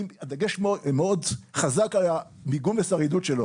דגש מאוד חזק היה ---.